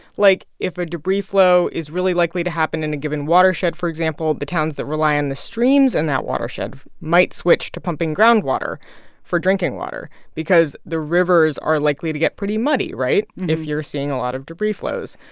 like, if a debris flow is really likely to happen in a given watershed, for example, the towns that rely on the streams in and that watershed might switch to pumping groundwater for drinking water because the rivers are likely to get pretty muddy right? if you're seeing a lot of debris flows.